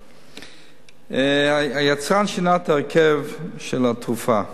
1. היצרן שינה את ההרכב של התרופה.